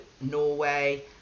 Norway